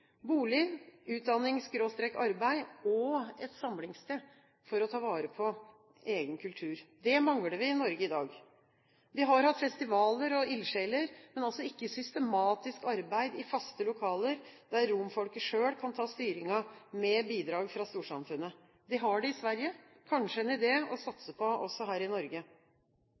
og et samlingssted for å ta vare på egen kultur. Det mangler vi i Norge i dag. Vi har hatt festivaler og ildsjeler, men altså ikke et systematisk arbeid i faste lokaler, der romfolket selv kan ta styringen med bidrag fra storsamfunnet. De har det i Sverige. Kanskje er det en idé å satse på det også her i Norge?